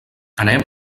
anem